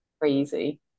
crazy